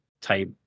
type